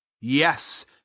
yes